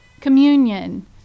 communion